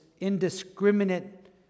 indiscriminate